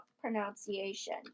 pronunciation